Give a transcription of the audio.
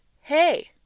Hey